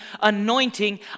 anointing